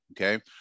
okay